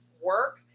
work